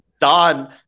Don